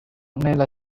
nella